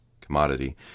commodity